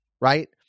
right